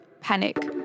panic